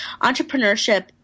entrepreneurship